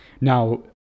Now